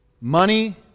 Money